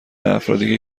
افرادی